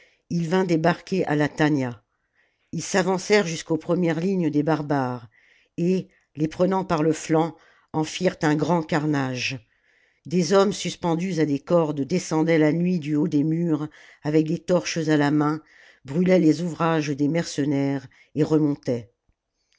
il vint débarquer à la tœnia ils s'avancèrent jusqu'aux premières lignes des barbares et les prenant par le flanc en firent un grand carnage des hommes suspendus à des cordes descendaient la nuit du haut des murs avec des torches à la main brûlaient les ouvrages des mercenaires et remontaient